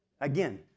Again